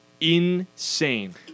insane